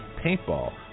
paintball